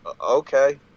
okay